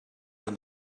when